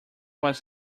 was